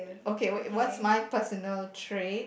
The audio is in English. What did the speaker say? okay wait what's my personal trait